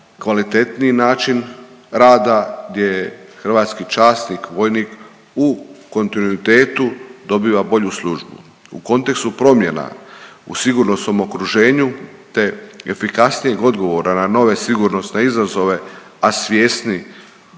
kvalitetniji način rada gdje je hrvatski časnik, vojnik u kontinuitetu dobiva bolju službu. U kontekstu promjena u sigurnosnom okruženju, te efikasnijeg odgovora na nove sigurnosne izazove, a svjesni,